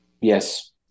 Yes